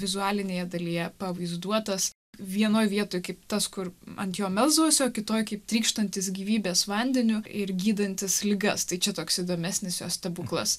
vizualinėje dalyje pavaizduotas vienoj vietoj kaip tas kur ant jo melsdavosi o kitoj kaip trykštantis gyvybės vandeniu ir gydantis ligas tai čia toks įdomesnis jo stebuklas